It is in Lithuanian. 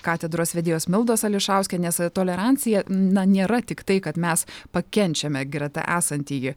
katedros vedėjos mildos ališauskienės tolerancija na nėra tik tai kad mes pakenčiame greta esantįjį